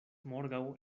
morgaŭ